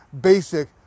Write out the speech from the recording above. basic